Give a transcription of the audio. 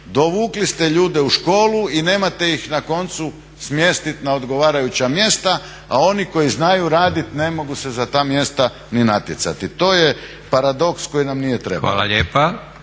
Dovukli ste ljude u školu i nemate ih na koncu smjestit na odgovarajuća mjesta, a oni koji znaju radit ne mogu se za ta mjesta ni natjecati. To je paradoks koji nam nije trebao.